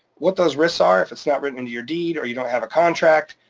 what those risks are if it's not written into your deed or you don't have a contract,